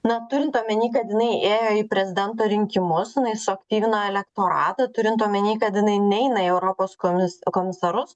na turint omeny kad jinai ėjo į prezidento rinkimus jinai suaktyvino elektoratą turint omeny kad jinai neina į europos komis komisarus